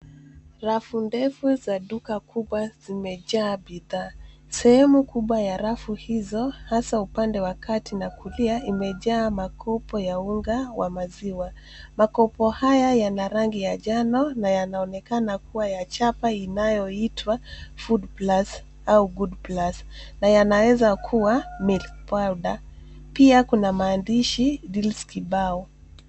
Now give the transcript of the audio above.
Rafu ndefu za duka kubwa zimejaa bidhaa. Sehemu kubwa ya rafu hizo, hasa upande wa kati na kulia imejaa makopo ya unga ya maziwa. Makopo haya yana rangi ya njano na yanaonekana kuwa ya chapa inayoitwa food plus au good plus na yanaweza kuwa milk powder pia kuna maandishi deals kibao.